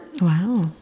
Wow